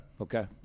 Okay